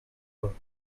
work